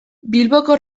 bilboko